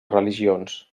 religions